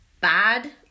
bad